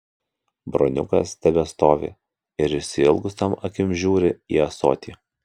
broniukas tebestovi ir išsiilgusiom akim žiūri į ąsotį